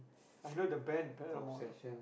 I know the band Paramore